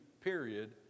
period